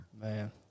man